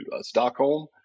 Stockholm